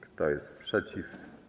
Kto jest przeciw?